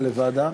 את מציעה לוועדה?